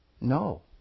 No